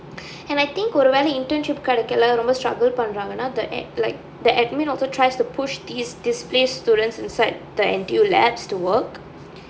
and I think ஒருவேள:oruvela internship கிடைக்கலேன்ன ரொம்ப:kidaikkalennaa romba struggle பண்றாங்கன்ன:pandranganna the ad~ the administrative also tries to push these displaced students inside the N_T_U labs to work